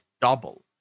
double